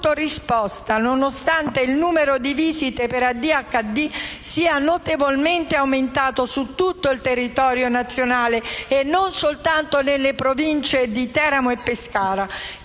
nonostante il numero di visite per ADHD sia notevolmente aumentato su tutto il territorio nazionale e non soltanto nelle province di Teramo e Pescara.